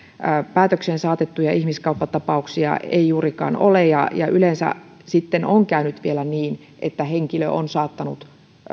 päätökseen saatettuja ihmiskauppatapauksia ei juurikaan ole ja ja yleensä sitten on käynyt vielä niin että henkilö on saattanut